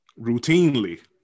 Routinely